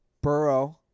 Burrow